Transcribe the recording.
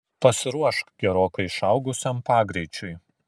pasiruošk gerokai išaugusiam pagreičiui